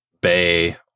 bay